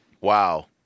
wow